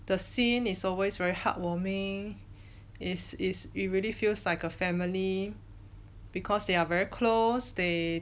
the scene is always very heartwarming is is it really feels like a family because they are very close they